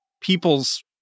people's